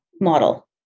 model